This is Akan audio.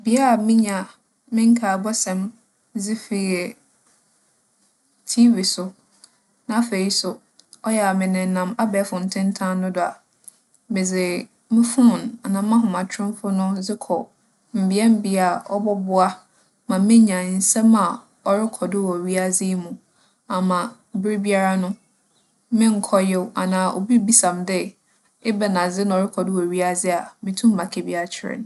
Bea minya me nkaabͻsɛm dze fi yɛ TV so. Na afei so, ͻyɛ a menenam abaefor ntentan no do a, medze me foon anaa m'ahomatromfo no dze kͻ mbeambea a ͻbͻboa ma menya nsɛm a ͻrokͻ do wͻ wiadze yi mu ama berbiara no, mennkͻyew, anaa obi bisa me dɛ ebɛnadze na ͻrokͻ do wͻ wiadze a, metum maka bi akyerɛ no.